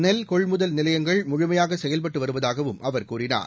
நெல் கொள்முதல் நிலையங்கள் முழமையாக செயல்பட்டு வருவதாகவும் அவர் கூறினார்